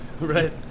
right